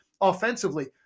offensively